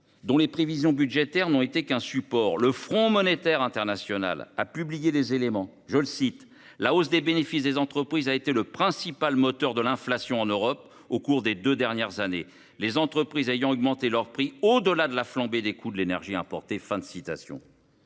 dont les prévisions budgétaires n’ont été qu’un support. Le Fonds monétaire international (FMI) a récemment publié des éléments en ce sens, qui témoignent que « la hausse des bénéfices des entreprises a été le principal moteur de l’inflation en Europe au cours des deux dernières années, les entreprises ayant augmenté leurs prix au delà de la flambée des coûts de l’énergie importée ».